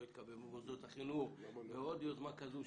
יתקבל במוסדות החינוך ועוד יוזמה כזו,